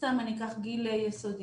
סתם אני אקח גיל יסודי,